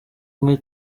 bamwe